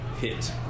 hit